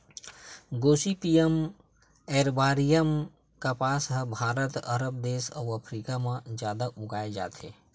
Gossypium arboreum कपसा ह भारत, अरब देस अउ अफ्रीका म जादा उगाए जाथे